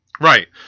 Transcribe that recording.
Right